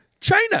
China